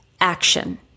action